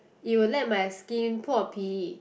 it will let my skin po pi